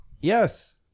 Yes